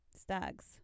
stags